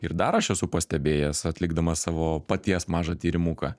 ir dar aš esu pastebėjęs atlikdamas savo paties mažą tyrimuką